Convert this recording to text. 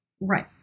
Right